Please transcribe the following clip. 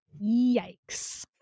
Yikes